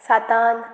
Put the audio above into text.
Santan